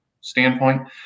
standpoint